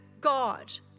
God